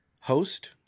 host